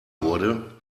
wurde